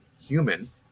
human